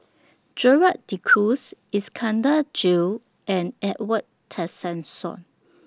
Gerald De Cruz Iskandar Jalil and Edwin Tessensohn